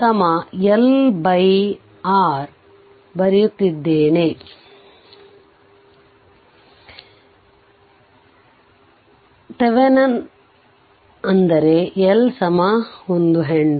ಮತ್ತು τ L R ಬರೆಯುತ್ತಿದ್ದೇವೆ Thevenin ಅಂದರೆ L 1 Henry